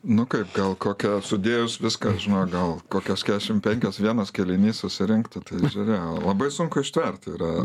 nu kaip gal kokią sudėjus viską žinok gal kokios kešimt penkios vienas kėlinys susirinkti tai yra labai sunku ištverti yra